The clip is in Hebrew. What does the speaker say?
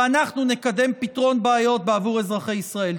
ואנחנו נקדם פתרון בעיות בעבור אזרחי ישראל.